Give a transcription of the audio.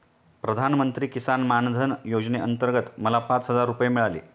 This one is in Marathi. प्रधानमंत्री किसान मान धन योजनेअंतर्गत मला पाच हजार रुपये मिळाले